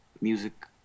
music